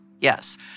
Yes